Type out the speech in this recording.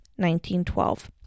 1912